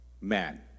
man